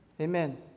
amen